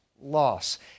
loss